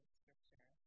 scripture